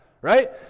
right